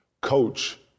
coach